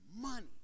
money